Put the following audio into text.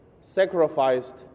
sacrificed